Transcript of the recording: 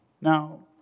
Now